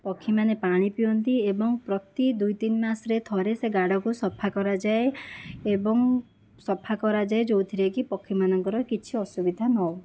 ପକ୍ଷୀମାନେ ପାଣି ପିଅନ୍ତି ଏବଂ ପ୍ରତି ଦୁଇ ତିନି ମାସରେ ଥରେ ସେ ଗାଡ଼କୁ ସଫା କରାଯାଏ ଏବଂ ସଫା କରାଯାଏ ଯେଉଁଥିରେକି ପକ୍ଷୀମାନଙ୍କର କିଛି ଅସୁବିଧା ନ ହେଉ